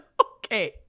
okay